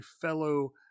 fellow